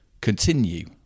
continue